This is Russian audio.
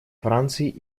франции